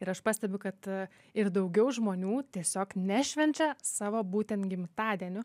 ir aš pastebiu kad ir daugiau žmonių tiesiog nešvenčia savo būtent gimtadienių